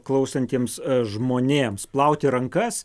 klausantiems žmonėms plauti rankas